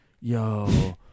yo